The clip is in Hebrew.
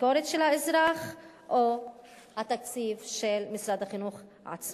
המשכורת של האזרח או התקציב של משרד החינוך עצמו.